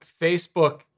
Facebook